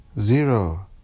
Zero